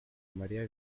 mariya